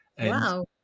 Wow